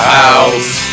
house